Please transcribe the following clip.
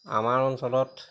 আমাৰ অঞ্চলত